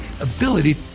ability